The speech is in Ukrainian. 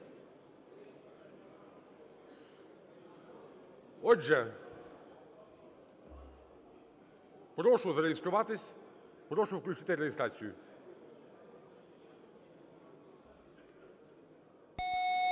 Отже, прошу зареєструватись, прошу включити реєстрацію. 10:02:47